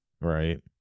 Right